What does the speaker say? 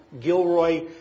Gilroy